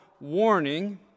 warning